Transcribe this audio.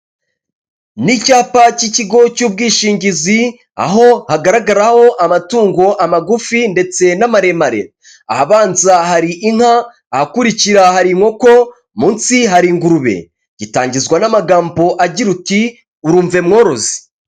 Ni icyapa k'ikigo cy'ubwishingizi, aho hagaragaraho amatungo amagufi ndetse n'amaremare, ahabanza hari inka, ahakurikira hari inkoko, munsi hari ingurube, gitangizwa n'amagambo agira uti" urumve mworozi.